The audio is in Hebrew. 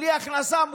בלי הכנסה,